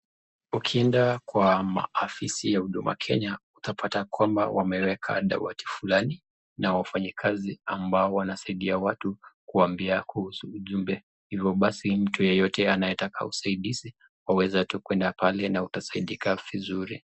Ukienda kwa maofisi ya huduma Kenya utapata kwamba wameweka dawati fulani na wafanyikazi ambao wanasaidia watu kuwwaambia kuhusu ujumbe. Basi mtu yeyote anayetaja usaidizi waeeza tu kutaenda pale na utasaidika vizuri.